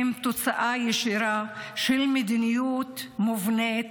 הם תוצאה ישירה של מדיניות מובנית